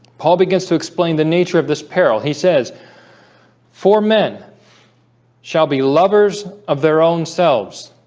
paul begins to explain the nature of this peril he says for men shall be lovers of their own selves